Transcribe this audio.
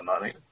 money